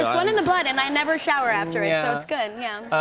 um and the blood. and i never shower after yeah ah it's good, yeah.